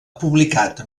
publicat